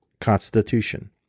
Constitution